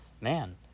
man